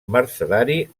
mercedari